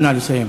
נא לסיים.